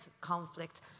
conflict